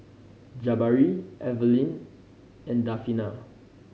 Jabari Evelyn and Delfina